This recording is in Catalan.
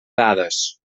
dades